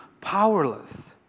powerless